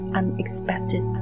unexpected